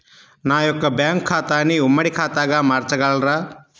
నా యొక్క బ్యాంకు ఖాతాని ఉమ్మడి ఖాతాగా మార్చగలరా?